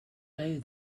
day